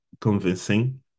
convincing